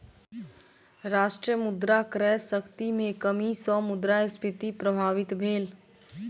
राष्ट्र मुद्रा क्रय शक्ति में कमी सॅ मुद्रास्फीति प्रभावित भेल